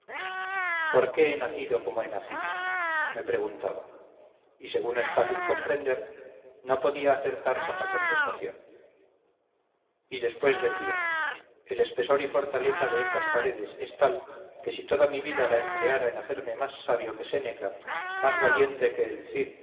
por qué he nacido como he nacido me preguntaba y según es fácil comprender no podía acertar con la contestación y después decía el espesor y fortaleza de estas paredes es tal que si toda mi vida la empleara en hacerme más sabio que séneca más valiente que el